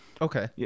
Okay